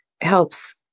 helps